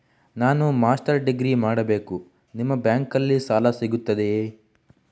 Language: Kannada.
ನಾನು ಮಾಸ್ಟರ್ ಡಿಗ್ರಿ ಮಾಡಬೇಕು, ನಿಮ್ಮ ಬ್ಯಾಂಕಲ್ಲಿ ಸಾಲ ಸಿಗುತ್ತದೆಯೇ?